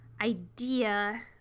idea